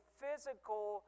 physical